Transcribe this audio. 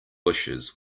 bushes